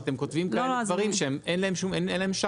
שאתם כותבים כאלה דברים שאין להם שחר.